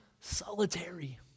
solitary